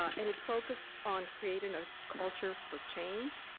and it focused on creating a culture for change.